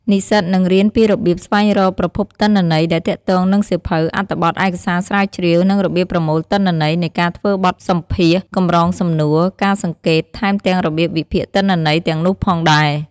និស្សិតនឹងរៀនពីរបៀបស្វែងរកប្រភពទិន្នន័យដែលទាក់ទងនឹងសៀវភៅ អត្ថបទ ឯកសារស្រាវជ្រាវ និងរបៀបប្រមូលទិន្នន័យនៃការធ្វើបទសម្ភាសន៍ កម្រងសំណួរ ការសង្កេត ថែមទាំងរបៀបវិភាគទិន្នន័យទាំងនោះផងដែរ។